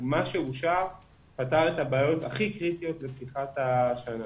מה שאושר פתר את הבעיות הכי קריטיות לפתיחת השנה.